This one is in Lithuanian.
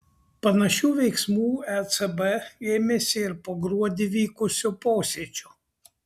panašių veiksmų ecb ėmėsi ir po gruodį vykusio posėdžio